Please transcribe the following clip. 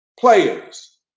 players